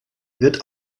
wird